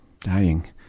dying